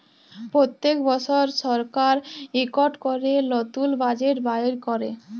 প্যত্তেক বসর সরকার ইকট ক্যরে লতুল বাজেট বাইর ক্যরে